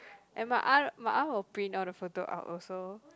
and my aunt my aunt will print all the photo out also